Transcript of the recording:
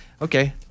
Okay